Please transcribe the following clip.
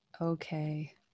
okay